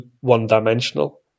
one-dimensional